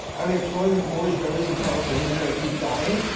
are they applauding that more israelis and palestinians yeah keep dying?